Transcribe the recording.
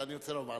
אני רוצה לומר לך: